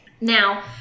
Now